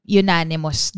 unanimous